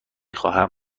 خواهم